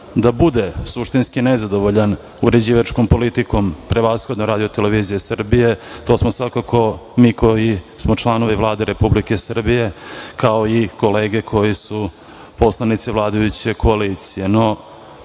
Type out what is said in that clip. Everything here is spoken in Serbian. da bude suštinski nezadovoljan uređivačkom politikom, prevashodno RTS, to smo svakako mi koji smo članovi Vlade Republike Srbije, kao i kolege koji su poslanici vladajuće koalicije. Svi